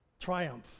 triumph